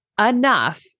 enough